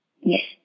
Yes